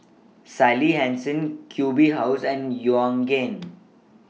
Sally Hansen Q B House and Yoogane